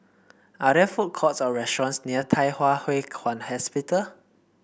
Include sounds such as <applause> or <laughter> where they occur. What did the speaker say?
are there food courts or restaurants near Thye Hua <unintelligible> Kwan Hospital